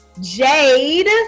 Jade